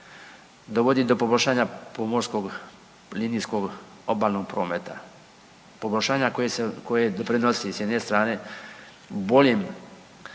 dovodi do poboljšanja pomorskog linijskog obalnog prometa, poboljšanja koje doprinosi s jedne strane boljem